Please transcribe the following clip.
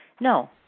No